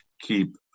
keep